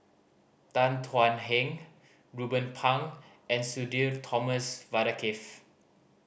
Tan Thuan Heng Ruben Pang and Sudhir Thomas Vadaketh